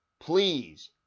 Please